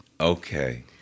Okay